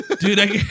Dude